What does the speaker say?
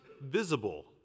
visible